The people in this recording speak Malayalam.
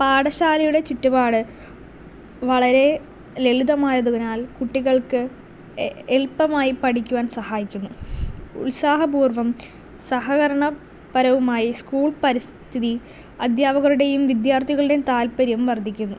പാഠശാലയുടെ ചുറ്റുപാട് വളരെ ലളിതമായതിനാൽ കുട്ടികൾക്ക് എളുപ്പമായി പഠിക്കുവാൻ സഹായിക്കുന്നു ഉത്സാഹപൂർവ്വം സഹകരണപരവുമായി സ്കൂൾ പരിസ്ഥിതി അധ്യാപകരുടെയും വിദ്യാർത്ഥികളുടെയും താല്പര്യം വർദ്ധിക്കുന്നു